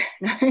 no